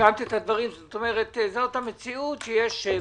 זאת המציאות, שיש בג"ץ,